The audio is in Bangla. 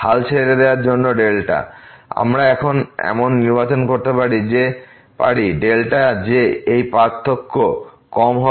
হাল ছেড়ে দেওয়ার জন্য আমরা এখন এমন নির্বাচন করতে পারি যে এই পার্থক্য কম হবে